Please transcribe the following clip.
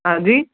ਹਾਂਜੀ